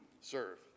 serve